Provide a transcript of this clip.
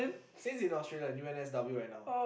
Sein is in Australia U_N_S_W right now